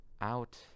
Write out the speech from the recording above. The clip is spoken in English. out